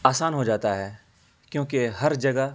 آسان ہو جاتا ہے کیونکہ ہر جگہ